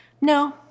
No